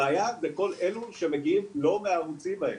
הבעיה בכל אלו שמגיעים לא מהערוצים האלה.